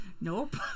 Nope